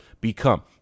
become